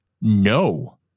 No